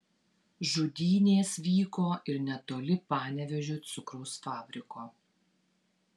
žudynės vyko ir netoli panevėžio cukraus fabriko